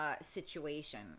Situation